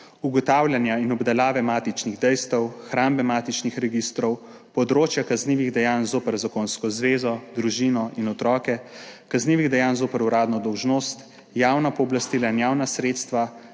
ugotavljanja in obdelave matičnih dejstev, hrambe matičnih registrov, področja kaznivih dejanj zoper zakonsko zvezo, družino in otroke, kaznivih dejanj zoper uradno dolžnost, javna pooblastila in javna sredstva,